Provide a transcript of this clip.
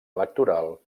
electoral